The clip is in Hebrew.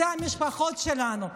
אלו המשפחות שלנו,